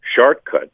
shortcut